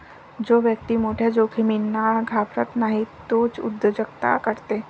जो व्यक्ती मोठ्या जोखमींना घाबरत नाही तोच उद्योजकता करते